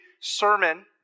sermon